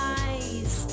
eyes